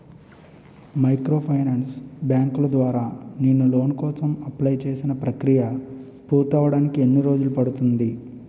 Microfinance బ్యాంకుల ద్వారా నేను లోన్ కోసం అప్లయ్ చేసిన ప్రక్రియ పూర్తవడానికి ఎన్ని రోజులు పడుతుంది?